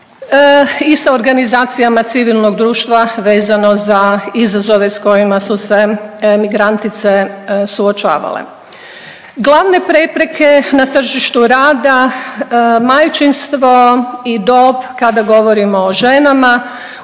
i sa organizacijama civilnog društva vezano za izazove s kojima su se migrantice suočavale. Glave prepreke na tržištu rada majčinstvo i dob kada govorimo o ženama.